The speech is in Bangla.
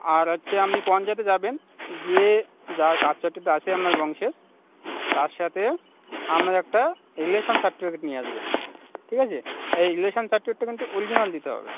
আর হচ্ছে আপনি পঞ্চায়েতে যাবেন গিয়ে যার কাস্ট সার্টিফিকেট আছে আপনার বংশের তার সাথে আপনার একটা রিলেশান সার্টিফিকেট নিয়ে আসবেন ঠিক আছে এই রিলেশান সার্টিফিকেটটা কিন্ত ওরিজিনাল দিতে হবে